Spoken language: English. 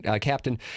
captain